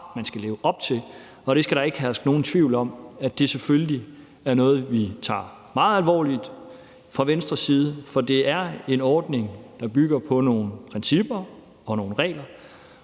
man skal leve op til, og der skal ikke herske nogen tvivl om, at det selvfølgelig er noget, vi tager meget alvorligt fra Venstres side. For det er en ordning, der bygger på nogle principper og nogle regler,